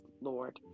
Lord